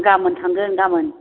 आं गाबोन थांगोन गाबोन